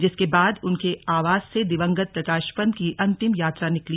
जिसके बाद उनके अवास से दिवंगत प्रकाश पंत की अंतिम यात्रा निकली